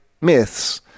myths